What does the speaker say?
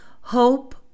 hope